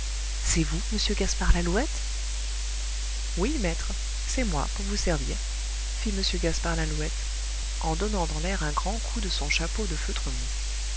c'est vous m gaspard lalouette oui maître c'est moi pour vous servir fit m gaspard lalouette en donnant dans l'air un grand coup de son chapeau de feutre mou